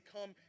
come